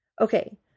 Okay